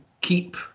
keep